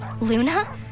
Luna